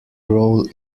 role